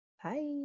Hi